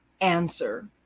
Answer